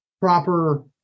proper